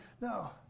No